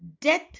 death